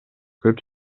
көп